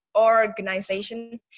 organization